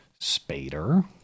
spader